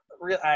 real